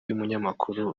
y’umunyamakuru